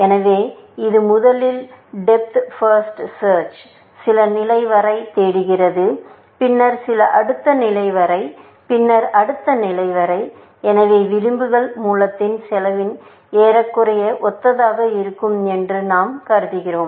எனவே இது முதலில் டெப்த் பஃர்ஸ்ட் சர்ச் சில நிலை வரை தேடுகிறது பின்னர் சில அடுத்த நிலை வரை பின்னர் அடுத்த நிலை வரை எனவே விளிம்புகள் மூலத்தின் செலவில் ஏறக்குறைய ஒத்ததாக இருக்கும் என்று நாம் கருதுகிறோம்